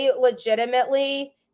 legitimately